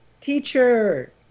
Teacher